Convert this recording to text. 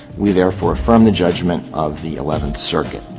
we therefore affirm the judgment of the eleventh circuit.